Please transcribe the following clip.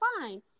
fine